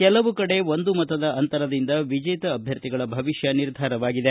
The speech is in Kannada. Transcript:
ಕೆಲವು ಕಡೆ ಒಂದು ಮತದ ಅಂತರದಿಂದ ವಿಜೇತ ಅಭ್ಯರ್ಥಿಗಳ ಭವಿಷ್ಯ ನಿರ್ಧಾರವಾಗಿದೆ